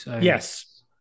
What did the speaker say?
Yes